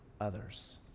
others